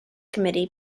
committee